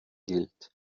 gilt